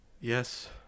Yes